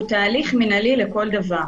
הוא תהליך מנהלי לכל דבר.